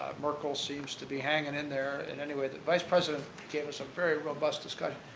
merkel seems to be hanging in there. and anyway, the vice president gave us a very robust discussion.